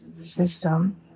system